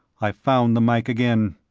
i found the mike again.